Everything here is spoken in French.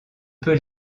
peut